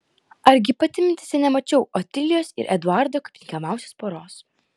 argi pati mintyse nemačiau otilijos ir eduardo kaip tinkamiausios poros